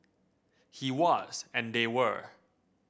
he was and they were